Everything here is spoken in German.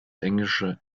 englische